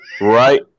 Right